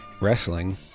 Wrestling